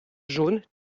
jaunes